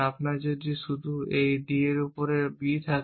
আপনার যদি শুধু এইটি d এর উপর b থাকে